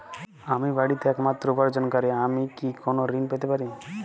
আমি বাড়িতে একমাত্র উপার্জনকারী আমি কি কোনো ঋণ পেতে পারি?